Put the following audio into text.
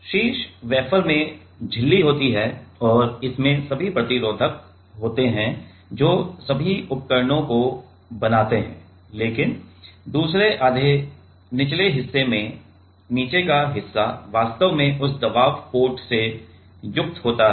शीर्ष वेफर में झिल्ली होती है और इसमें सभी प्रतिरोधक होते हैं जो सभी उपकरणों को बनाते हैं लेकिन दूसरे आधे के निचले हिस्से में नीचे का आधा हिस्सा वास्तव में उस दबाव पोर्ट से युक्त होता है